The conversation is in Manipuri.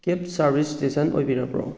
ꯀꯦꯞ ꯁꯥꯔꯚꯤꯁ ꯏꯁꯇꯦꯁꯟ ꯑꯣꯏꯕꯤꯔꯕ꯭ꯔꯣ